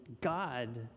God